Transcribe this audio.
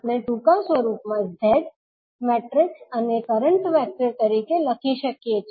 આપણે ટૂંકા સ્વરૂપમાં 𝐳 અને કરંટ વેક્ટર તરીકે લખી શકીએ છીએ